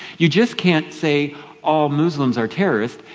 you just can't say all muslims are terrorists,